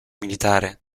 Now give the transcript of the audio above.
militare